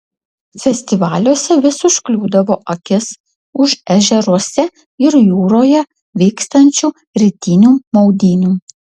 festivaliuose vis užkliūdavo akis už ežeruose ir jūroje vykstančių rytinių maudynių